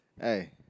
Hey